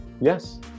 Yes